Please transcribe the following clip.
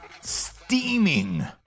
Steaming